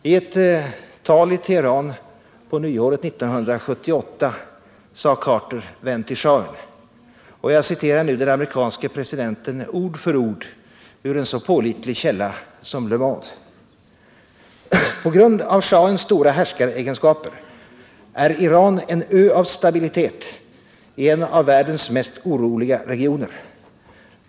I ett tal i Teheran på nyåret 1978 sade Carter — jag citerar nu den amerikanske presidenten ord för ord ur en så pålitlig källa som Le Monde -— vänd till schahen: ”På grund av schahens stora härskaregenskaper är Iran en ö av stabilitet i en av världens mest oroliga regioner.